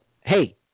Hey